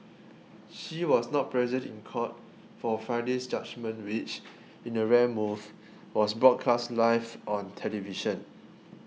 she was not present in court for Friday's judgement which in a rare move was broadcast live on television